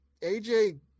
AJ